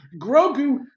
Grogu